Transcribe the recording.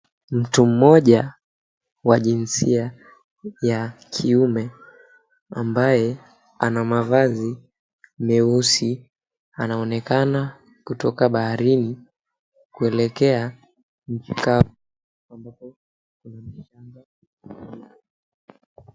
Mtu mmoja wa jinsia ya kiume ambaye ana mavazi meusi anaonekana kutoka baharini kulekea nchi kavu ambapo kuna mchanga mweupe.